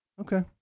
Okay